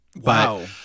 Wow